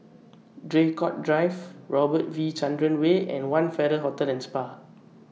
Draycott Drive Robert V Chandran Way and one Farrer Hotel and Spa